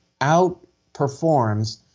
outperforms